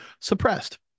suppressed